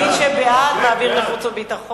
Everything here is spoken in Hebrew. מי שבעד, בעד להעביר לוועדת החוץ והביטחון.